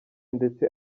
ndetse